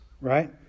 right